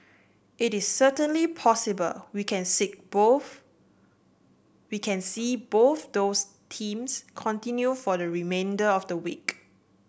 it is certainly possible we can sit both we can see both those themes continue for the remainder of the week